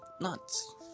nuts